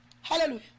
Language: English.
Hallelujah